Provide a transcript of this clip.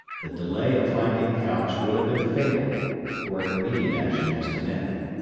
the delay of finding couch would have been fatal for immediate action was demanded.